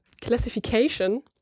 classification